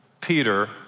Peter